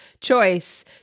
choice